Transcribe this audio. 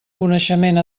coneixement